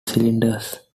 cylinders